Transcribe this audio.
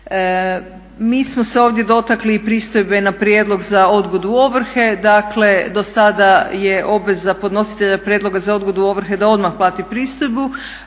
Mi smo se ovdje dotakli i pristojbe na prijedlog za odgodu ovrhe. Dakle do sada je obveza podnositelja prijedloga za odgodu ovrhe da odmah plati pristojbu.